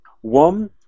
One